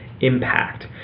impact